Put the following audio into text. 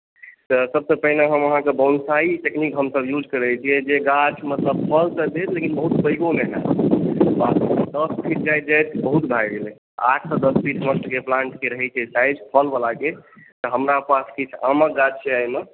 तऽ सभसँ पहिने हम अहाँकेँ बोन्साई टेक्निक हमसभ यूज करैत छियै जे गाछ मतलब फल तऽ देत लेकिन बहुत पैघो नहि होयत दस फीट जाइत जाइत बहुत भए गेलै आठसँ दस फीट हमर सभके प्लाण्ट के रहैत छै साइज़ फल बलाके हमरा पास किछु आमक गाछ छै एहिमे